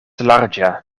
larĝa